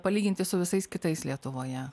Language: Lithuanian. palyginti su visais kitais lietuvoje